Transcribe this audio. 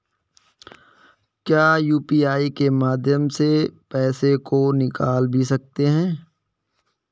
क्या यू.पी.आई के माध्यम से पैसे को निकाल भी सकते हैं?